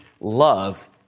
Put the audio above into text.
love